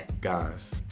Guys